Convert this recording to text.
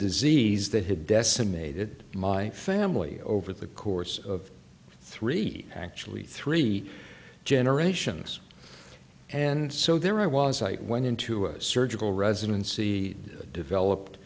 disease that had decimated my family over the course of three actually three generations and so there i was light went into a surgical residency developed